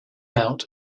out